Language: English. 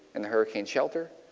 and a hurricane shelter.